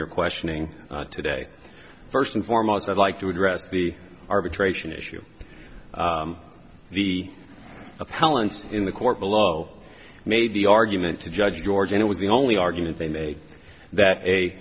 your questioning today first and foremost i'd like to address the arbitration issue the appellant's in the court below made the argument to judge george and it was the only argument they made that a